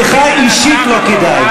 לך אישית לא כדאי.